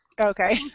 Okay